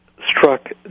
struck